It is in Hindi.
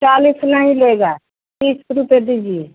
चालीस नहीं लेगा तीस रुपये दीजिए